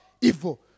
evil